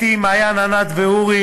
אתי, מעיין, ענת ואורי.